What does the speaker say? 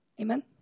Amen